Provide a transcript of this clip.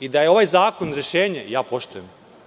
i da je ovaj zakon rešenje, ja poštujem